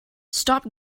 stop